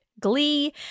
Glee